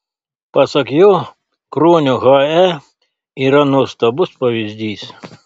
pasak jo kruonio hae yra nuostabus pavyzdys